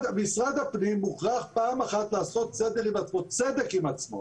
משרד הפנים מוכרח לעשות פעם אחת צדק עם עצמו